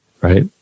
right